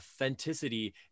authenticity